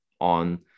on